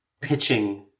pitching